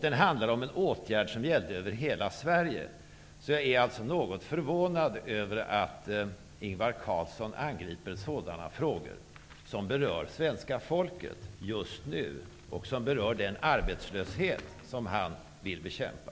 Det är en åtgärd som berör hela Sverige. Jag är alltså något förvånad över att Ingvar Carlsson angriper den, som berör hela svenska folket just nu och som berör den arbetslöshet som han vill bekämpa.